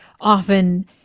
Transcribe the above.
often